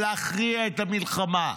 ולהכריע את המלחמה.